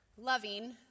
loving